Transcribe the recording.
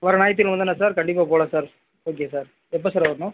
வர ஞாயிற்றுகிழமை தானே சார் கண்டிப்பாக போகலாம் சார் ஓகே சார் எப்போ சார் வரணும்